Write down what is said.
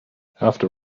after